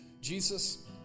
Jesus